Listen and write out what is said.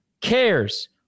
cares